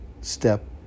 step